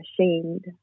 ashamed